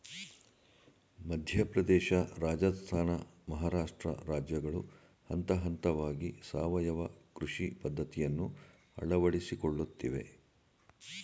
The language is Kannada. ಮಧ್ಯಪ್ರದೇಶ, ರಾಜಸ್ಥಾನ, ಮಹಾರಾಷ್ಟ್ರ ರಾಜ್ಯಗಳು ಹಂತಹಂತವಾಗಿ ಸಾವಯವ ಕೃಷಿ ಪದ್ಧತಿಯನ್ನು ಅಳವಡಿಸಿಕೊಳ್ಳುತ್ತಿವೆ